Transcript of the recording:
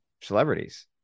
celebrities